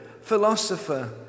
philosopher